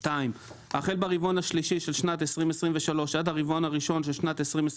החל ברבעון השלישי של שנת 2023 עד הרבעון הראשון של שנת 2024